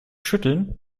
schütteln